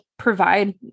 provide